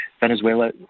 Venezuela